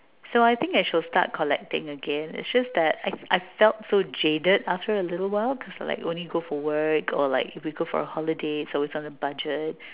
so I think I should start collecting again it's just that I I felt so jaded after a little while because like when you go for work or like if you go for a holiday so it's on a budget